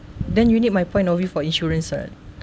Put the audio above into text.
then you need my point of view for insurance [what]